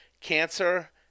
cancer